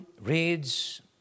reads